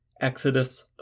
Exodus